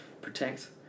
protect